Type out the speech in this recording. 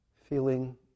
Feeling